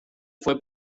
fue